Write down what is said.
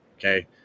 Okay